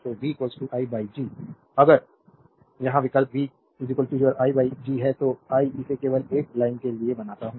तो v i by G अगर यहाँ विकल्प v your i by G है तो आई इसे केवल एक लाइन के लिए बनाता हूँ